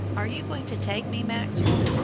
are you going to take me, maxwell?